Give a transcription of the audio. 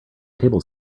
table